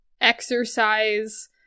exercise